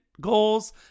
goals